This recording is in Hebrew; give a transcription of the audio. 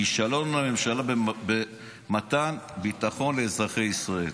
כישלון הממשלה במתן ביטחון לאזרחי ישראל.